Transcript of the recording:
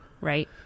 Right